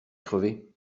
crevé